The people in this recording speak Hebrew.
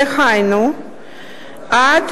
דהיינו עד